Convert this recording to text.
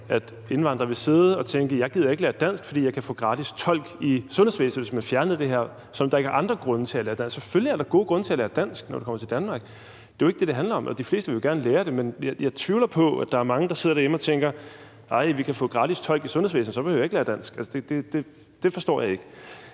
om indvandrere vil sidde og tænke, at jeg gider ikke at lære dansk, fordi jeg kan få gratis tolk i sundhedsvæsenet, hvis man fjernede det her – som om der ikke er andre grunde til at lære dansk. Selvfølgelig er der gode grunde til at lære dansk, når du kommer til Danmark. Det er jo ikke det, det handler om. De fleste vil jo gerne lære det. Jeg tvivler på, at der er mange, der sidder derhjemme og tænker: Vi kan få gratis tolk i sundhedsvæsenet; så behøver jeg ikke lære dansk. Det forstår jeg ikke.